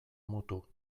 mutu